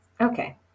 Okay